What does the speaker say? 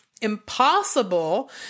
impossible